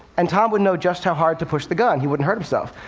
and tom would know just how hard to push the gun. he wouldn't hurt himself.